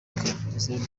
izina